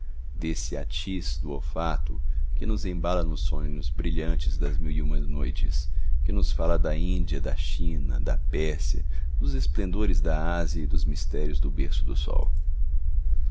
desse hatchiss do olfato que nos embala nos sonhos brilhantes das mil e uma noites que nos fala da índia da china da pérsia dos esplendores da ásia e dos mistérios do berço do sol